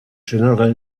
general